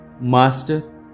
Master